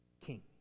king